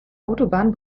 autobahn